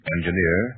Engineer